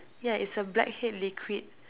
ya it's a black head liquid